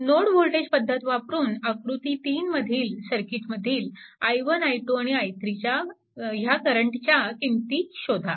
node voltage पद्धत वापरून आकृती 3 मधील सर्किटमधील i1 i2 आणि i3 ह्या करंटच्या किंमती शोधा